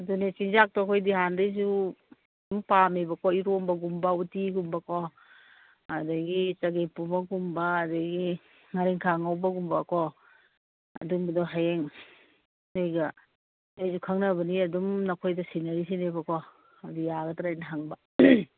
ꯑꯗꯨꯅꯦ ꯆꯤꯟꯖꯥꯛꯇꯣ ꯑꯩꯈꯣꯏꯗꯤ ꯍꯥꯟꯗꯩꯁꯨ ꯑꯗꯨꯝ ꯄꯥꯝꯃꯦꯕꯀꯣ ꯏꯔꯣꯟꯕꯒꯨꯝꯕ ꯎꯇꯤꯒꯨꯝꯕꯀꯣ ꯑꯗꯨꯗꯒꯤ ꯆꯒꯦꯝꯄꯣꯝꯕꯒꯨꯝꯕ ꯑꯗꯨꯗꯒꯤ ꯉꯥꯔꯤꯡꯈꯥ ꯉꯧꯕꯒꯨꯝꯕꯀꯣ ꯑꯗꯨꯝꯕꯗꯣ ꯍꯌꯦꯡ ꯅꯣꯏꯒ ꯑꯩꯁꯨ ꯈꯪꯅꯕꯅꯤ ꯑꯗꯨꯝ ꯅꯈꯣꯏꯗ ꯁꯤꯟꯅꯔꯤꯁꯤꯅꯦꯕꯀꯣ ꯑꯗꯨ ꯌꯥꯒꯗ꯭ꯔ ꯍꯥꯏꯅ ꯍꯪꯕ